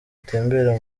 atembera